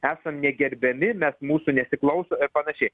esam negerbiami nes mūsų nesiklauso ir panašiai